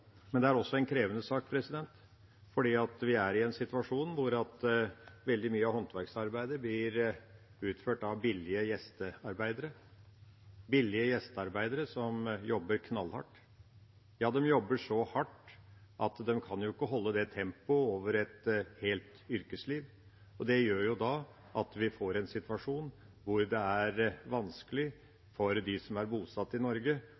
Men det er også en krevende sak, for vi er i en situasjon der veldig mye av håndverksarbeidet blir utført av billige gjestearbeidere som jobber knallhardt. De jobber så hardt at de ikke kan holde det tempoet gjennom et helt yrkesliv. Det gjør at vi får en situasjon der det er vanskelig for dem som er bosatt i Norge,